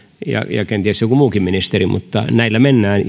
ja ja kenties joku muukin ministeri näillä mennään